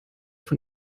von